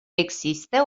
existe